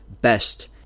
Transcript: best